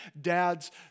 dad's